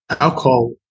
alcohol